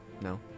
No